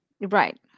right